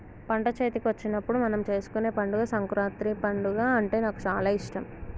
పంట చేతికొచ్చినప్పుడు మనం చేసుకునే పండుగ సంకురాత్రి పండుగ అంటే నాకు చాల ఇష్టం